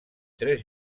tres